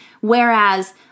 Whereas